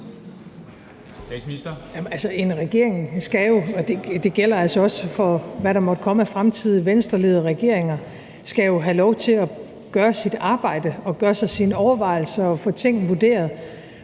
en regering skal jo – og det gælder altså også for, hvad der måtte komme af fremtidige Venstreledede regeringer – have lov til at gøre sit arbejde og gøre sig sine overvejelser og få ting vurderet.